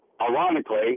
Ironically